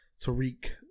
Tariq